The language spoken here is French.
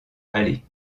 aller